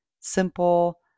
simple